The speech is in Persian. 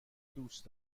دوست